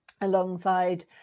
alongside